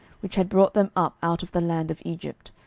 which had brought them up out of the land of egypt,